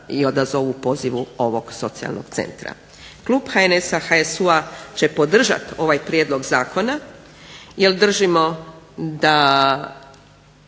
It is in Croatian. i odazovu pozivu ovog socijalnog centra. Klub HNS-HSU-a će podržati ovaj prijedlog zakona jer držimo da